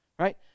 Right